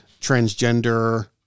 transgender